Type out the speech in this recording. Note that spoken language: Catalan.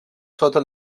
sota